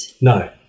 No